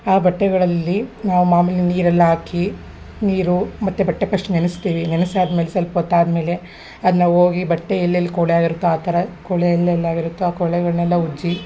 ಆ ಬಟ್ಟೆಗಳಲ್ಲಿ ಮಾಮೂಲಿ ನೀರೆಲ್ಲ ಹಾಕಿ ನೀರು ಮತ್ತು ಬಟ್ಟೆ ಫಸ್ಟ್ ನೆನೆಸ್ತೀವಿ ನೆನಸಿ ಆದ್ಮೇಲೆ ಸಲ್ಪ ಹೊತ್ ಆದಮೇಲೆ ಅದನ್ನ ಹೋಗಿ ಬಟ್ಟೆ ಎಲ್ಲೆಲ್ಲಿ ಕೊಳೆ ಆಗಿರುತ್ತೋ ಆ ಥರ ಕೊಳೆ ಎಲ್ಲೆಲ್ಲಿ ಆಗಿರುತ್ತೋ ಆ ಕೊಳೆಗಳನ್ನೆಲ್ಲ ಉಜ್ಜಿ